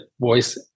voice